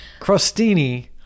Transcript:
crostini